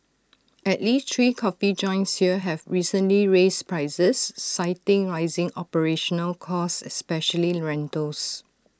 at least three coffee joints here have recently raised prices citing rising operational costs especially rentals